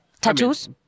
Tattoos